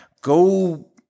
Go